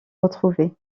retrouvé